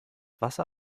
wasser